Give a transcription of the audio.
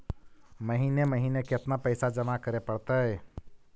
महिने महिने केतना पैसा जमा करे पड़तै?